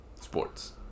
sports